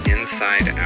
Inside